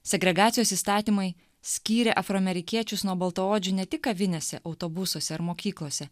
segregacijos įstatymai skyrė afroamerikiečius nuo baltaodžių ne tik kavinėse autobusuose ar mokyklose